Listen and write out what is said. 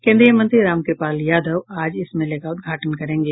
केंद्रीय मंत्री रामकृपाल यादव आज इस मेले का उद्घाटन करेंगे